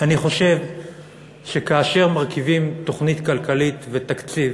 אני חושב שכאשר מרכיבים תוכנית כלכלית ותקציב,